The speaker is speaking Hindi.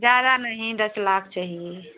ज्यादा नहीं दस लाख चाहिए